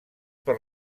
per